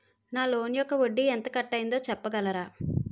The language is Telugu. నా లోన్ యెక్క వడ్డీ ఎంత కట్ అయిందో చెప్పగలరా?